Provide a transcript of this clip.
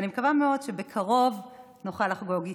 אני מקווה מאוד שבקרוב מאוד נוכל לחגוג איתה.